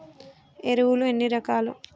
ఎరువులు ఎన్ని రకాలు?